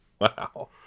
Wow